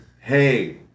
hey